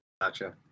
Gotcha